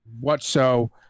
whatso